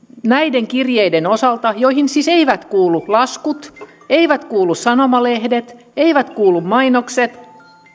näiden kirjeiden osalta joihin siis eivät kuulu laskut eivät kuulu sanomalehdet eivät kuulu mainokset